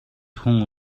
хүн